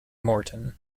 morton